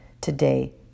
today